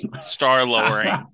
star-lowering